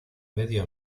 medio